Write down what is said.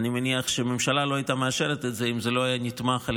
אני מניח שהממשלה לא הייתה מאשרת את זה אם זה לא היה נתמך על